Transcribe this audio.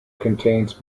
contains